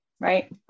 right